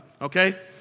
okay